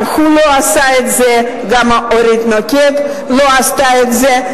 גם הוא לא עשה את זה וגם אורית נוקד לא עשתה את זה.